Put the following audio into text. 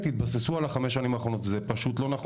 תתבססו על החמש שנים האחרונות.״ זה פשוט לא נכון